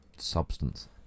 substance